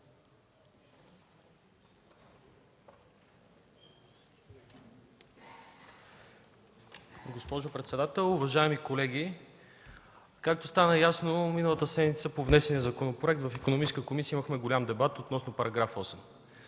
Госпожо председател, уважаеми колеги! Както стана ясно миналата седмица, по внесения законопроект в Икономическата комисия имахме голям дебат относно § 8.